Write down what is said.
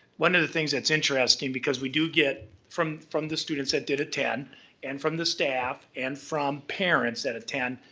one the things that's interesting, because we do get, from from the students that did attend and from the staff and from parents that attend,